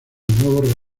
nuevos